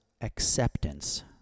acceptance